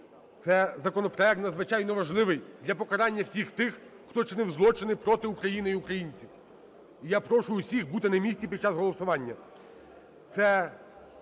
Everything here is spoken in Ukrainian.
Це законопроект надзвичайно важливий для покарання всіх тих, хто чинив злочини проти України і українців. І я прошу усіх бути на місці під час голосування.